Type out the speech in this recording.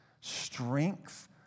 strength